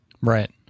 Right